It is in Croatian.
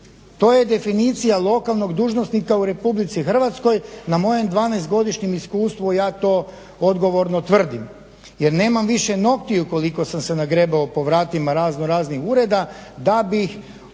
To je definicija lokalnog dužnosnika u Republici Hrvatskoj na mojem 12-godišnjem iskustvu, ja to odgovorno tvrdim, jer nemam više noktiju koliko sam se nagrebao po vratima raznoraznih ureda da bih